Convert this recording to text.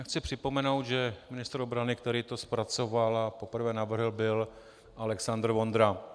Já chci připomenout, že ministr obrany, který to zpracoval a poprvé navrhl, byl Alexandr Vondra.